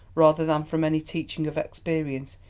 rather than from any teaching of experience,